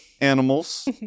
animals